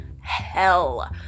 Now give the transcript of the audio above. hell